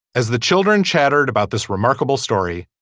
as the children chattered about this remarkable story.